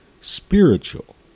Spiritual